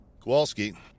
Kowalski